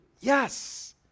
Yes